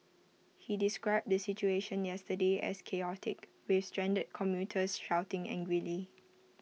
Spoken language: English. he described the situation yesterday as chaotic with stranded commuters shouting angrily